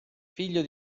figlio